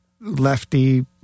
lefty